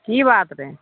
कि बात रहै